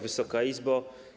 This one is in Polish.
Wysoka Izbo!